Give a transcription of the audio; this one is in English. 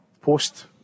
post